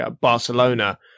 Barcelona